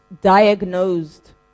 diagnosed